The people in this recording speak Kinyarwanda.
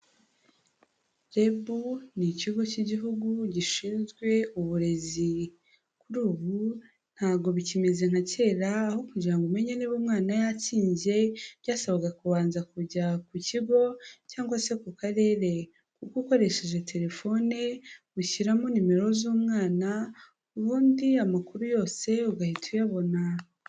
REB ni ikigo cy'igihugu gishinzwe uburezi, kuri ubu ntago bikimeze nka kera aho kugira ngo umenye niba umwana yatsinze, byasaga kubanza kujya ku kigo cyangwa se ku karere kuko ukoresheje telefone, ushyiramo nimero z'umwana, ubundi amakuru yose ugahita uyabona.